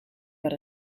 per